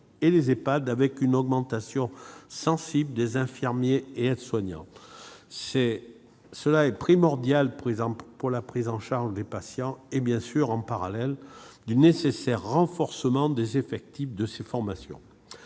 et les Ehpad, avec une augmentation sensible des infirmiers et des aides-soignants. Cela est primordial pour la prise en charge des patients, en parallèle du nécessaire renforcement des effectifs de ces formations.